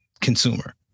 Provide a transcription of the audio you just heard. consumer